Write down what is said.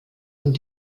und